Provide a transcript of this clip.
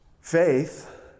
Faith